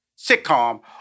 sitcom